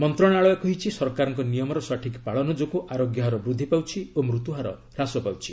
ମନ୍ତ୍ରଶାଳୟ କହିଛି ସରକାରଙ୍କ ନିୟମର ସଠିକ ପାଳନ ଯୋଗୁଁ ଆରୋଗ୍ୟ ହାର ବୃଦ୍ଧି ପାଉଛି ଓ ମୃତ୍ୟୁହାର ହ୍ରାସ ପାଉଛି